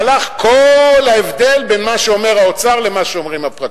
הלך כל ההבדל בין מה שאומר האוצר לבין מה שאומרים הפרקליטים.